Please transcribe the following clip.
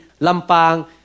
Lampang